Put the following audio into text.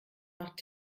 macht